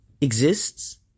exists